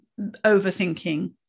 overthinking